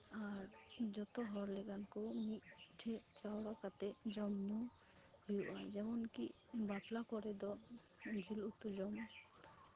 ᱟᱨ ᱡᱚᱛᱚ ᱦᱚᱲ ᱞᱮᱠᱟᱱ ᱠᱚ ᱢᱤᱫ ᱴᱷᱮᱡ ᱡᱟᱣᱨᱟ ᱠᱟᱛᱮᱫ ᱡᱚᱢᱼᱧᱩ ᱦᱩᱭᱩᱜᱼᱟ ᱡᱮᱢᱚᱱ ᱠᱤ ᱵᱟᱯᱞᱟ ᱠᱚᱨᱮ ᱫᱚ ᱡᱤᱞ ᱩᱛᱩ ᱡᱚᱢ